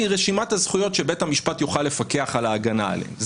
מרשימת הזכויות שבית המשפט יוכל לקח על ההגנה עליהן.